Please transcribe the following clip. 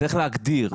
צריך להגדיר.